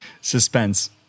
Suspense